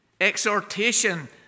Exhortation